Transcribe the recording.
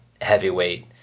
heavyweight